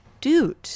dude